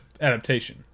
adaptation